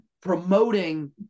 promoting